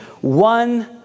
one